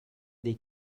dei